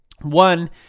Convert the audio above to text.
One